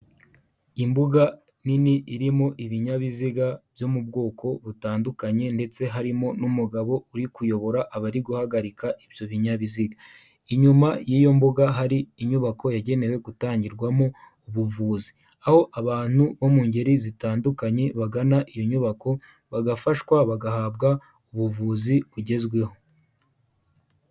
Imbuga nini irimo ibinyabiziga byo mu bwoko butandukanye ndetse harimo n'umugabo uri kuyobora abari guhagarika ibyo binyabiziga. Inyuma y'iyo mbuga hari inyubako yagenewe gutangirwamo ubuvuzi. Aho abantu bo mu ngeri zitandukanye bagana iyo nyubako, bagafashwa bagahabwa ubuvuzi bugezweho.